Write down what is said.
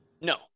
No